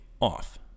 off